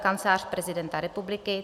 Kancelář prezidenta republiky